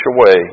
away